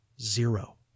zero